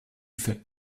fais